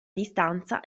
distanza